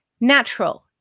natural